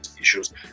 issues